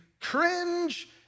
cringe